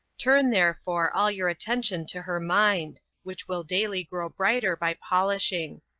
turn therefore all your attention to her mind, which will daily grow brighter by polishing.